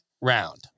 round